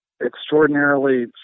Extraordinarily